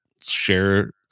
share